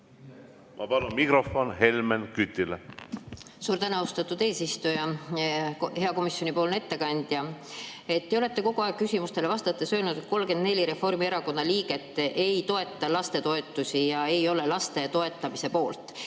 Ma palun mikrofon Helmen Kütile! Suur tänu, austatud eesistuja! Hea komisjonipoolne ettekandja! Te olete kogu aeg küsimustele vastates öelnud, et 34 Reformierakonna liiget ei toeta lastetoetusi, ei ole laste toetamise poolt.